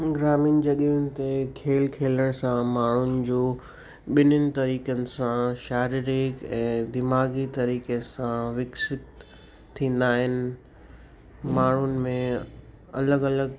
ग्रामीन जॻहियुनि ते खेल खेॾण सां माण्हुनि जो ॿिन्हिनि तरीक़नि सां शारिरिक ऐं दिमाग़ी तरीक़े सां विकसित थींदा आहिनि माण्हुनि में अलॻि अलॻि